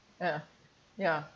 ya ya